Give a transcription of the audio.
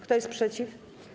Kto jest przeciw?